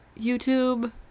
YouTube